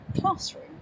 classroom